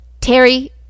Terry